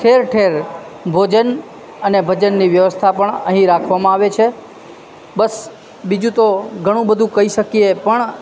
ઠેર ઠેર ભોજન અને ભજનની વ્યવસ્થા પણ અહીં રાખવામાં આવે છે બસ બીજું તો ઘણું બધું કહી શકીએ પણ